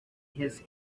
his